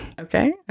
okay